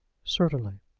certainly.